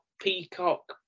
Peacock